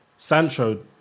Sancho